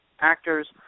actors